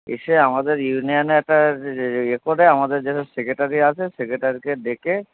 এসে আমাদের ইউনিয়ানে একটা যে এ করে আমাদের যে সেক্রেটারি আছে সেক্রেটারিকে ডেকে